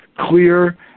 clear